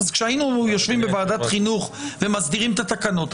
כשהיינו יושבים בוועדת החינוך ומסדירים את התקנות,